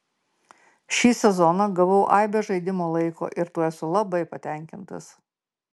šį sezoną gavau aibę žaidimo laiko ir tuo esu labai patenkintas